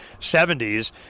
70s